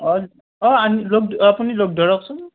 অ' আপুনি লগ ধৰকচোন